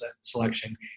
selection